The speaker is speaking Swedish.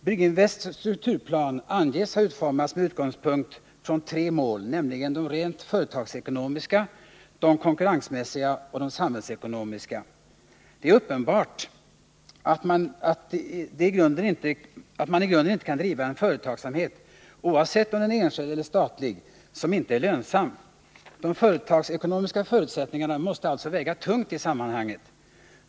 Brygginvests strukturplan anges ha utformats med utgångspunkt i tre mål, nämligen de rent företagsekonomiska, de konkurrensmässiga och de samhällsekonomiska. Det är uppenbart att man i grunden inte kan driva en företagsamhet, oavsett om den är enskild eller statlig, som inte är lönsam. De företagsekonomiska förutsättningarna måste alltså väga tungt i sammanhanget.